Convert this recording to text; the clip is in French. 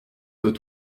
doit